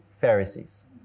Pharisees